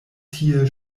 tie